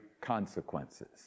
consequences